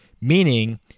Meaning